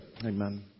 Amen